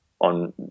on